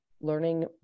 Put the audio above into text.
learning